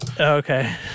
Okay